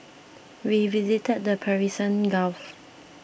we visited the Persian Gulf